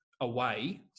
away